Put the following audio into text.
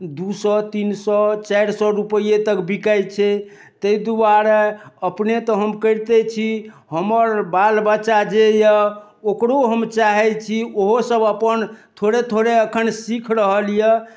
दू सए तीन सए चारि सए रुपैए तक बिकाइत छै ताहि दुआरे अपने तऽ हम करिते छी हमर बाल बच्चा जे यए ओकरो हम चाहैत छी ओहोसभ अपन थोड़े थोड़े एखन सीखि रहल यए